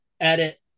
edit